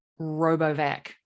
RoboVac